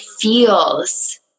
feels